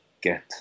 get